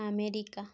America